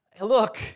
look